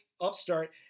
upstart